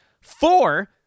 Four